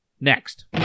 next